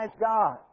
God